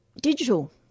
digital